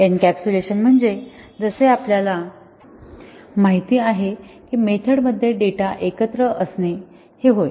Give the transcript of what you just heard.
encapsulation म्हणजे जसे आपल्याला माहिती आहे की मेथड मध्ये डेटा एकत्र असणे हे होय